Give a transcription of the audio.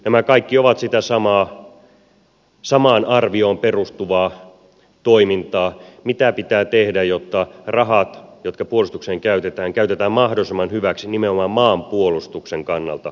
nämä kaikki ovat sitä samaan arvioon perustuvaa toimintaa mitä pitää tehdä jotta rahat jotka puolustukseen käytetään käytetään mahdollisimman hyvin nimenomaan maanpuolustuksen kannalta ajateltuna